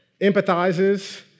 empathizes